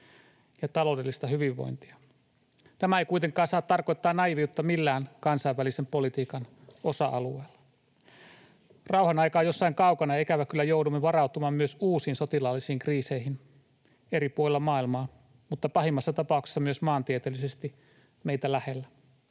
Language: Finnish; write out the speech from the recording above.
ja taloudellista hyvinvointia. Tämä ei kuitenkaan saa tarkoittaa naiiviutta millään kansainvälisen politiikan osa-alueella. Rauhan aika on jossain kaukana, ja ikävä kyllä joudumme varautumaan myös uusiin sotilaallisiin kriiseihin eri puolilla maailmaa mutta pahimmassa tapauksessa myös maantieteellisesti meitä lähellä.